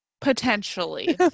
Potentially